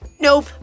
nope